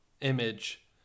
image